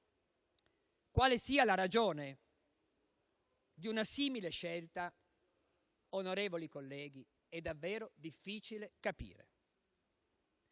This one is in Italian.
Quale sia la ragione di una simile scelta, onorevoli colleghi, è davvero difficile capire.